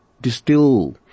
distill